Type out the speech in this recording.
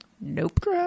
Nope